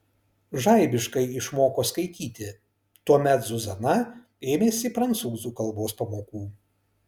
žaibiškai išmoko skaityti tuomet zuzana ėmėsi prancūzų kalbos pamokų